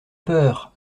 peur